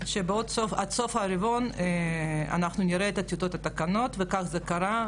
שעד סוף הרבעון אנחנו נראה את טיוטת התקנות וכך זה קרה,